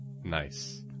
Nice